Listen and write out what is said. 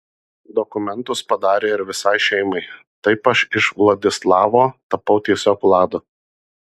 dokumentus padarė ir visai šeimai taip aš iš vladislavo tapau tiesiog vladu